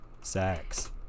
Sex